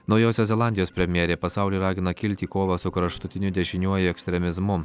naujosios zelandijos premjerė pasaulį ragina kilti į kovą su kraštutiniu dešiniuoju ekstremizmu